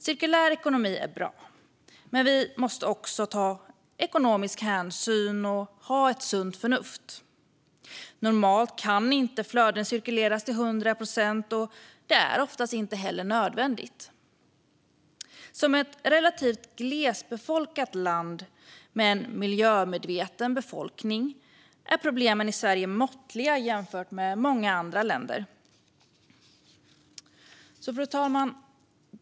Cirkulär ekonomi är bra, men vi måste också ta ekonomisk hänsyn och ha sunt förnuft. Normalt kan inte flöden cirkuleras till 100 procent, och det är oftast inte heller nödvändigt. Som ett relativt glesbefolkat land med en miljömedveten befolkning har Sverige måttliga problem jämfört med många andra länder. Fru talman!